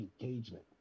engagement